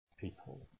people